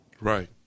Right